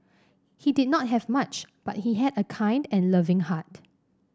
he did not have much but he had a kind and loving heart